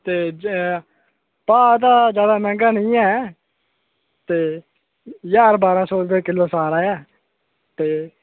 ते जे भाऽ दा ज्यादा मैंह्गा निं ऐ ते ज्हार बारां सौ रपेआ किल्लो सारा ऐ ते